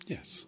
Yes